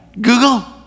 Google